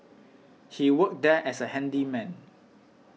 he worked there as a handyman